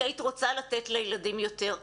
כי היית רוצה לתת לילדים יותר.